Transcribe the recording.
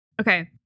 Okay